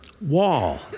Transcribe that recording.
wall